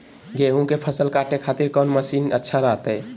गेहूं के फसल काटे खातिर कौन मसीन अच्छा रहतय?